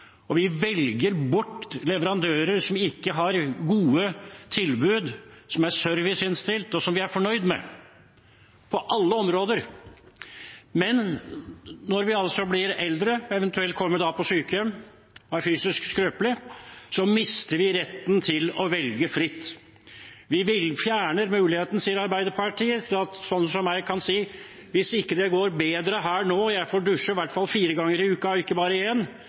MENY. Vi velger bort leverandører som ikke har gode tilbud, som ikke er serviceinnstilt, eller som vi ikke er fornøyd med – på alle områder. Men når vi blir eldre, eventuelt kommer på sykehjem og er fysisk skrøpelige, mister vi retten til å velge fritt. Vi vil fjerne muligheten, sier Arbeiderpartiet, til at slike som meg kan si at hvis ikke det går bedre her nå og jeg får dusje i hvert fall fire ganger i uken og ikke bare